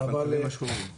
על כל פנים מה שאני רוצה,